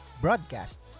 broadcast